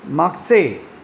मागचे